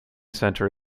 centre